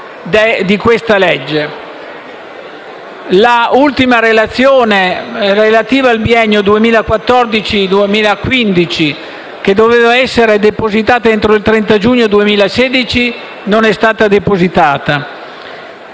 L'ultima relazione, relativa al biennio 2014-2015, che doveva essere depositata entro il 30 giugno 2016, non è stata depositata.